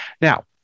Now